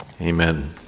Amen